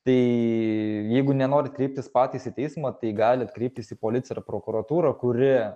tai jeigu nenorit kreiptis patys į teismą tai galit kreiptis į policiją ir prokuratūrą kuri